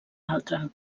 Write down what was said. altre